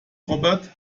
robert